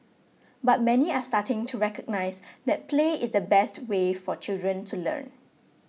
but many are starting to recognise that play is the best way for children to learn